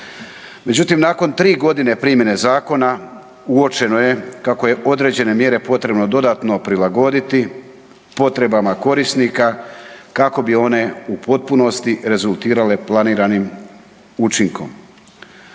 međutim nakon 3 g. primjene zakona, uočeno je kako određene mjere potrebno dodatno prilagoditi potrebama korisnika kako bi one u potpunosti rezultirale planiranim učinkom.